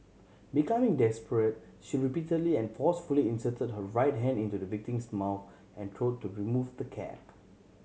becoming desperate she repeatedly and forcefully inserted her right hand into the victim's mouth and throat to remove the cap